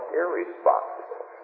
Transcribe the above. irresponsible